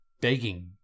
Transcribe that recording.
Begging